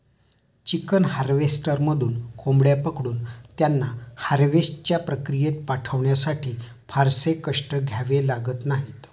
chicken हार्वेस्टरमधून कोंबड्या पकडून त्यांना हार्वेस्टच्या प्रक्रियेत पाठवण्यासाठी फारसे कष्ट घ्यावे लागत नाहीत